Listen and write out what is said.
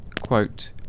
quote